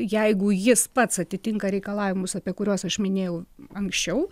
jeigu jis pats atitinka reikalavimus apie kuriuos aš minėjau anksčiau